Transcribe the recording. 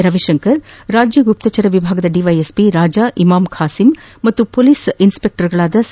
ರವಿಶಂಕರ್ ರಾಜ್ಯ ಗುಪ್ತಚರ ವಿಭಾಗದ ದಿವೈಎಸ್ವಿ ರಾಜಾ ಇಮಾಮ್ ಖಾಸೀಂ ಹಾಗೂ ಪೊಲೀಸ್ ಇನ್ಸ್ ಪೆಕ್ಟರ್ ಗಳಾದ ಸಿ